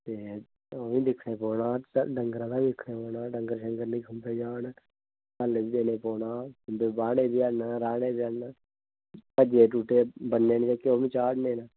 ते उब्बी दिक्खने पौना डंगरा दा बी दिक्खने पौना डंगर शंगर नेईं खुम्बे जान हल्ल बी देने पौना बाह्ने बी हैन राह्ने बी हैन भज्जे टूटे बन्ने जेह्के उब्बी चाढ़ने न